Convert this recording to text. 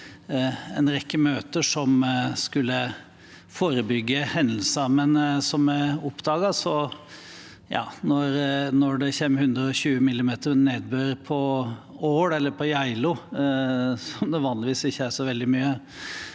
en rekke møter som skulle forebygge hendelser, men som vi oppdaget: Når det kommer 120 mm nedbør på Ål eller Geilo, der det vanligvis ikke er så